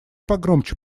погромче